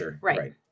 Right